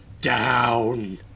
down